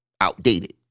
outdated